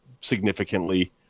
significantly